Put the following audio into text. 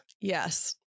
Yes